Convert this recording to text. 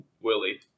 Willie